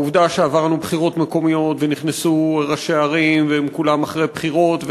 העובדה שעברנו בחירות מקומיות ונכנסו ראשי ערים והם כולם אחרי בחירות,